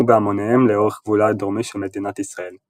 בהמוניהם לאורך גבולה הדרומי של מדינת ישראל.